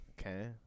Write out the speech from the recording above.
Okay